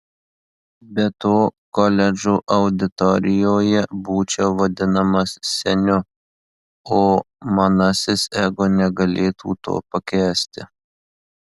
be to koledžo auditorijoje būčiau vadinamas seniu o manasis ego negalėtų to pakęsti